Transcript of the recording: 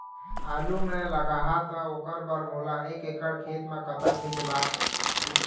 आलू मे लगाहा त ओकर बर मोला एक एकड़ खेत मे कतक बीज लाग ही?